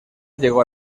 llegó